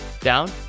down